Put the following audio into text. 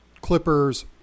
Clippers